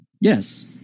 Yes